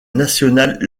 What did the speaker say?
national